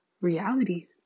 reality